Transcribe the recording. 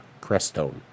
Crestone